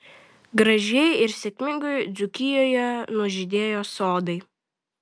gražiai ir sėkmingai dzūkijoje nužydėjo sodai